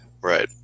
Right